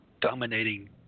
dominating